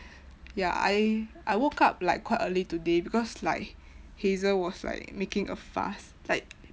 ya I I woke up like quite early today because like hazel was like making a fuss like